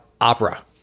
opera